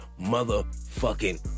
motherfucking